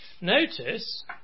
notice